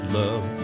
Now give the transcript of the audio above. love